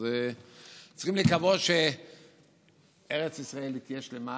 אז צריכים לקוות שארץ ישראל תהיה שלמה